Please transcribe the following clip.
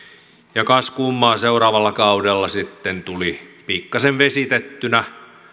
ja kas kummaa seuraavalla kaudella se sitten tuli pikkaisen vesitettynä